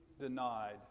denied